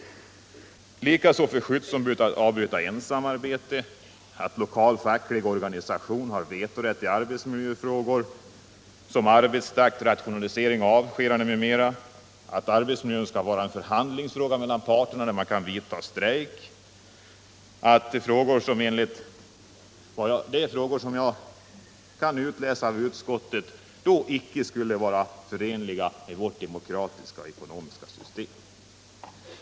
Detsamma gäller förslaget att skyddsombud skall kunna avbryta ensamarbete, att lokal facklig organisation skall ha vetorätt i arbetsmiljöfrågor som arbetstakt, rationaliseringar, avskedanden, m.m., att arbetsmiljön skall vara en förhandlingsfråga mellan parterna där strejk kan vidtas. Alla dessa förslag skulle enligt vad jag kan utläsa av utskottets betänkande icke vara förenliga med vårt demokratiska och ekonomiska system!